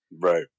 Right